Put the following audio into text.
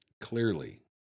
Clearly